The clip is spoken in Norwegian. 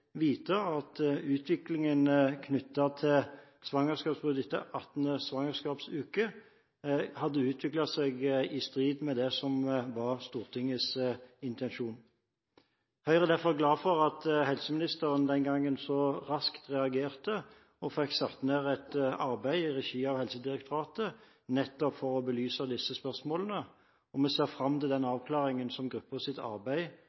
vite at utviklingen knyttet til svangerskapsavbrudd etter 18. svangerskapsuke hadde utviklet seg i strid med det som var Stortingets intensjon. Høyre er derfor glad for at helseministeren den gangen så raskt reagerte og fikk satt i gang et arbeid i regi av Helsedirektoratet nettopp for å belyse disse spørsmålene, og vi ser fram til den avklaringen som arbeidsgruppens arbeid